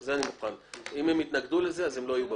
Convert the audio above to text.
אם הם יתנגדו לזה, הם לא יהיו בוועדה,